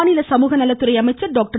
மாநில சமூகநலத்துறை அமைச்சர் டாக்டர்